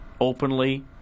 openly